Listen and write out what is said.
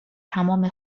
تمام